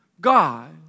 God